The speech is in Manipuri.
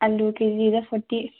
ꯑꯂꯨ ꯀꯦꯖꯤꯗ ꯐꯣꯔꯇꯤ